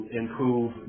improve